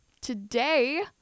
Today